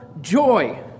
joy